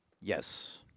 Yes